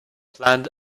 planned